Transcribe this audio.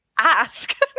Ask